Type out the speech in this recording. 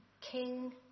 King